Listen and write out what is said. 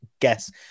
guess